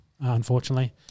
unfortunately